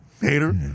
Hater